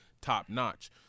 top-notch